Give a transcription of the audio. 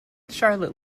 charlotte